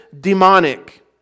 demonic